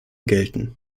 gelten